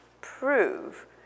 prove